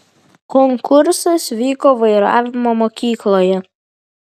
konkursas vyko vairavimo mokykloje